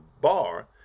bar